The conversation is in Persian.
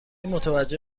متوجه